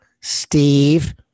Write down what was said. Steve